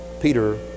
Peter